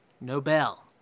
Nobel